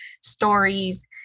stories